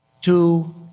two